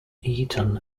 eton